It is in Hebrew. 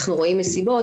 אנחנו רואים מסיבות,